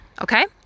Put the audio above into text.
okay